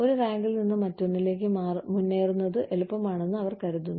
ഒരു റാങ്കിൽ നിന്ന് മറ്റൊന്നിലേക്ക് മുന്നേറുന്നത് എളുപ്പമാണെന്ന് അവർ കരുതുന്നു